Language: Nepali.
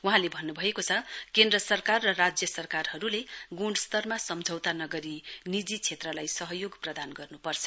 वहाँले भन्नुभएको छ केन्द्र सरकार र राज्य सरकारहरुले गुणस्तरमा सम्झौता नगरी निजी क्षेत्रलाई सहयोग प्रदान गर्नुपर्छ